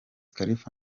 khalifa